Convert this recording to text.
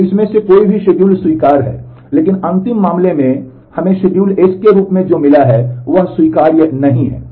तो इनमें से कोई भी शेड्यूल स्वीकार्य है लेकिन अंतिम मामले में हमें शेड्यूल एस के रूप में जो मिला है वह स्वीकार्य नहीं है